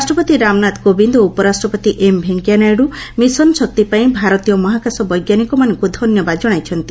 ରାଷ୍ଟ୍ରପତି ରାମନାଥ କୋବିନ୍ଦ ଓ ଉପରାଷ୍ଟ୍ରପତି ଏମ ଭେଙ୍କୟାନାଇଡୁ ମିଶନ ଶକ୍ତି ପାଇଁ ଭାରତୀୟ ମହାକଶ ବୈଜ୍ଞାନିକମାନଙ୍କୁ ଧନ୍ୟବାଦ ଜଣାଇଛନ୍ତି